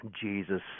Jesus